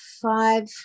five